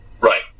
Right